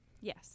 Yes